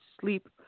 sleep